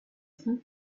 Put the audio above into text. cinq